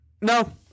No